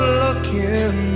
looking